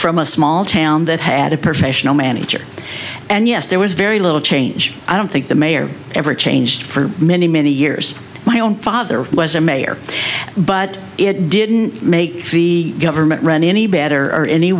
from a small town that had a professional manager and yes there was very little change i don't think the mayor ever changed for many many years my own father was a mayor but it didn't make the government run any better or any